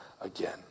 again